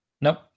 Nope